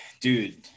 dude